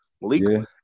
Malik